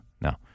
No